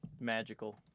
Magical